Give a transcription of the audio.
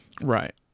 Right